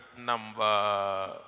number